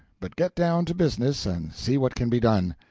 but get down to business and see what can be done.